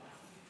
תלו.